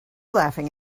laughing